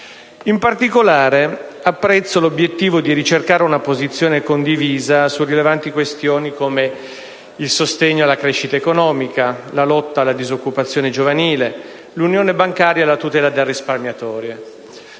In particolare, apprezzo l'obiettivo di ricercare una posizione condivisa su rilevanti questioni come il sostegno alla crescita economica, la lotta alla disoccupazione giovanile, l'unione bancaria e la tutela del risparmiatore.